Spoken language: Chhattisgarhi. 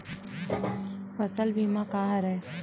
फसल बीमा का हरय?